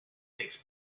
takes